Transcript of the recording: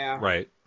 Right